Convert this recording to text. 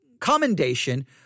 commendation